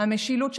המשילות,